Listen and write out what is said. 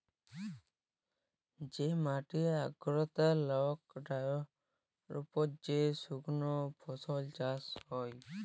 যে মাটিতে আর্দ্রতা লাই উয়ার উপর যে সুকনা ফসল চাষ হ্যয়